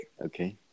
Okay